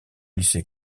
lycée